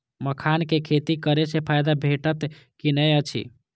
मखानक खेती करे स फायदा भेटत की नै अछि?